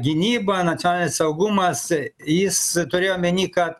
gynyba nacionalinis saugumas jis turėjo omeny kad